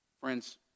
Friends